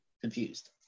confused